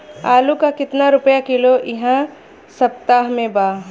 आलू का कितना रुपया किलो इह सपतह में बा?